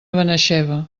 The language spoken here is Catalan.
benaixeve